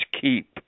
keep